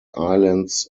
islands